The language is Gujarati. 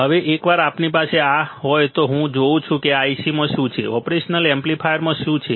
હવે એકવાર આપણી પાસે આ હોય તો હું જોઉં છું કે આ IC માં શું છે ઓપરેશન એમ્પ્લીફાયરમાં શું છે